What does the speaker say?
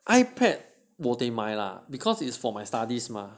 ipad 我得买啦 because it's for my studies mah